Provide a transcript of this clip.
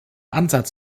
ansatz